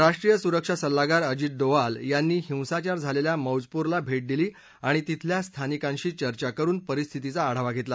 राष्ट्रीय सुरक्षा सल्लागार अजित डोवाल यांनी हिंसाचार झालेल्या मौजपूरला भेट दिली आणि तिथल्या स्थानिकांशी चर्चा करून परिस्थितीचा आढावा घेतला